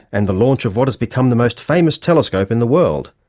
and the launch of what has became the most famous telescope in the world.